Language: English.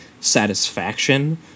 satisfaction